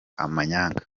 amanyanga